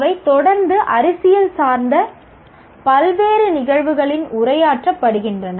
அவை தொடர்ந்து அரசியல் சார்ந்த பல்வேறு நிகழ்வுகளில் உரையாற்றப்படுகின்றன